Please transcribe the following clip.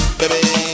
baby